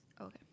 Okay